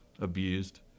abused